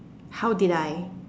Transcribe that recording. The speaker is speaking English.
how did I